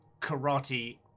karate